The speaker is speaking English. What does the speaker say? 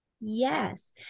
yes